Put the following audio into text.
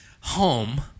home